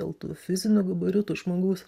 dėl tų fizinių gabaritų žmogus